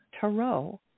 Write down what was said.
Tarot